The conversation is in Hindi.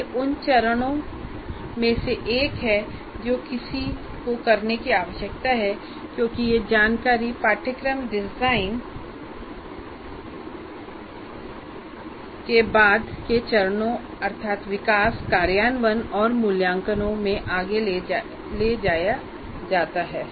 यह उन चरणों में से एक है जो किसी को करने की आवश्यकता है क्योंकि यह जानकारी पाठ्यक्रम डिजाइन के बाद के चरणों अर्थात विकास कार्यान्वयन और मूल्यांकनमें आगे ले जाया जाता है